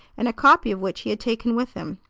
and a copy of which he had taken with him.